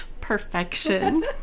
Perfection